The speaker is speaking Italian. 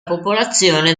popolazione